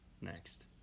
next